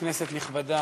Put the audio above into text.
חבר הכנסת אמיר אוחנה,